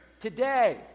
today